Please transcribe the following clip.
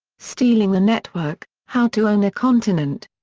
stealing the network how to own a continent.